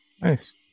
nice